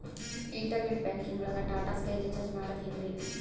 Internet banking ಒಳಗ್ Tata sky recharge ಮಾಡದ್ ಹೆಂಗ್ರೀ?